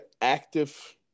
active